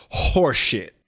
horseshit